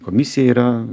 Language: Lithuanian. komisija yra